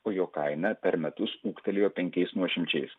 o jo kaina per metus ūgtelėjo penkiais nuošimčiais